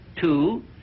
Two